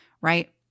Right